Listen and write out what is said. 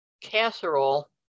casserole